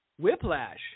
whiplash